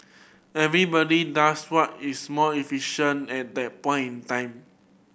everybody does what is most efficient at that point time